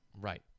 Right